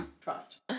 Trust